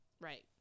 Right